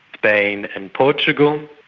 spain and portugal.